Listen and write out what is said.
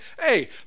hey